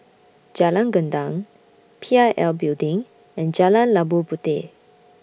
Jalan Gendang P I L Building and Jalan Labu Puteh